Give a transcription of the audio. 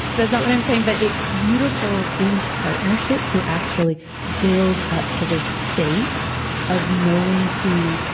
that's not what i'm saying. but it's beautiful in partnership to actually build up to this space of knowing who.